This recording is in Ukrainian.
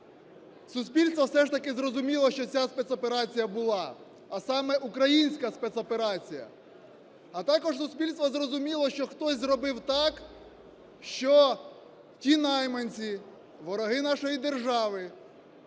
суспільство все ж таки зрозуміло, що ця спецоперація була, а саме українська спецоперація, а також суспільство зрозуміло, що хтось зробив так, що ті найманці, вороги нашої держави